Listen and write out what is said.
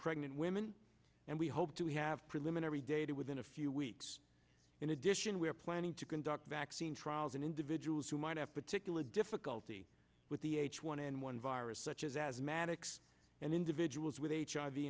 pregnant women and we hope to have preliminary data within a few weeks in addition we are planning to conduct vaccine trials in individuals who might have particular difficulty with the h one n one virus such as asthmatic six and individuals with h